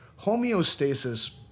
homeostasis